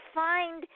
find